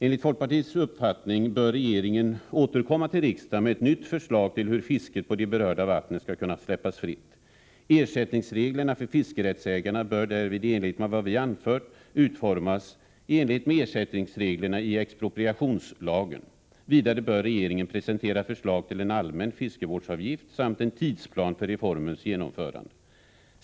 Enligt folkpartiets uppfattning bör regeringen återkomma till riksdagen med ett nytt förslag till hur fisket på de berörda vattnen skall kunna släppas fritt. Ersättningsreglerna för fiskerättsägarna bör därvid, i likhet med vad vi har anfört, utformas i enlighet med ersättningsreglerna i expropriationslagen. Vidare bör regeringen presentera förslag till en allmän fiskevårdsavgift samt en tidsplan för reformens genomförande.